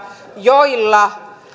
joilla